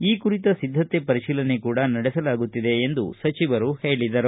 ಈ ಕುರಿತ ಸಿದ್ದತೆ ಪರಿಶೀಲನೆ ಕೂಡಾ ನಡೆಸಲಾಗುತ್ತಿದೆ ಎಂದು ಸಚಿವರು ಹೇಳಿದರು